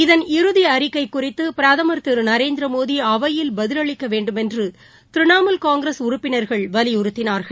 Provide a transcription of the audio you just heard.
இதன் இறுதிஅறிக்கைகுறித்துபிரதமா் திருநரேந்திரமோடிஅவையில் பதிலளிக்கவேண்டுமென்றதிரிணாமூல் காங்கிரஸ் உறுப்பினர்கள் வலியுறுத்தினார்கள்